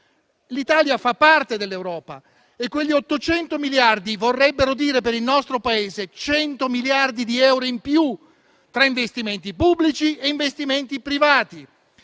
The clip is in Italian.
L'Italia fa parte dell'Europa e quegli 800 miliardi vorrebbero dire per il nostro Paese 100 miliardi di euro in più tra investimenti pubblici e privati.